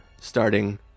starting